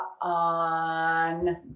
On